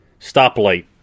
stoplight